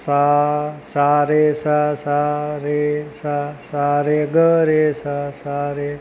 સા સા રે સા સારે સા સારે ગ રેસા સાસા સારે